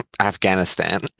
Afghanistan